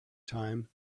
time